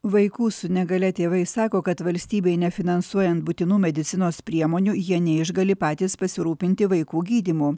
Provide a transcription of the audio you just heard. vaikų su negalia tėvai sako kad valstybei nefinansuojant būtinų medicinos priemonių jie neišgali patys pasirūpinti vaikų gydymu